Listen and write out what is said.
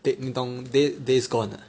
Day 你懂 Day Days Gone ah